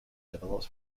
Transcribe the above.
develops